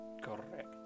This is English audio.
Correct